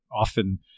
often